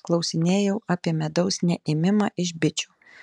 klausinėjau apie medaus neėmimą iš bičių